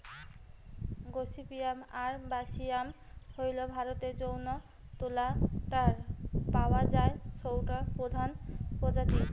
gossypium arboreum হইল ভারতরে যৌ তুলা টা পাওয়া যায় সৌটার প্রধান প্রজাতি